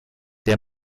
der